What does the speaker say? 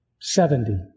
Seventy